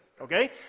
Okay